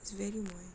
it's very muai